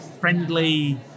friendly